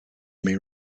may